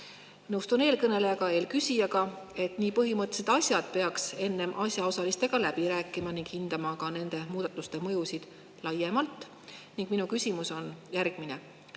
Nõustun eelküsijaga, et nii põhimõttelised asjad peaks enne asjaosalistega läbi rääkima ja hindama ka nende muudatuste mõju laiemalt. Mu küsimus on järgmine.